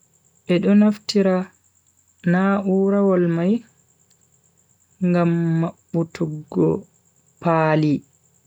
Bedo naftira na'urawol mai ngam mabbutuggo paali.